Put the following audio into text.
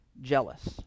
jealous